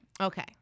Okay